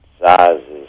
sizes